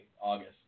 August